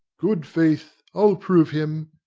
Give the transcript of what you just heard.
good faith, i'll prove him,